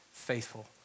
faithful